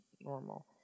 normal